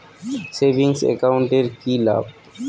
Savings account এর কি লাভ?